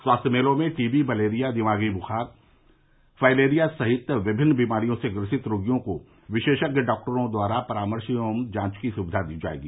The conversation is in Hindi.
स्वास्थ्य मेलों में टीबी मलेरिया दिमागी बुखार फाइलेरिया सहित विभिन्न बीमारियों से ग्रसित रोगियों को विशेषज्ञ डॉक्टरों द्वारा परामर्श एव जांच की सुविधा दी जायेगी